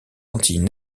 antilles